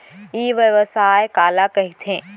ई व्यवसाय काला कहिथे?